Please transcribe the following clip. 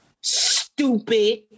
Stupid